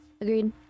Agreed